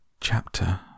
Chapter